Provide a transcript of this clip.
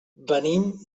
venim